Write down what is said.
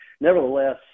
nevertheless